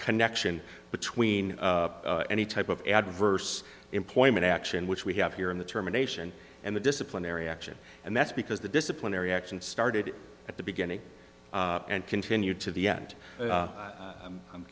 connection between any type of adverse employment action which we have here in the terminations and the disciplinary action and that's because the disciplinary action started at the beginning and continued to the end